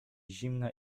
zimne